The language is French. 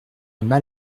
mal